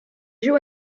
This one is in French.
joue